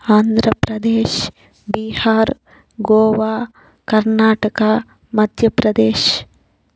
Andhra Pradesh Bihar Goa Karnataka Madhya Pradesh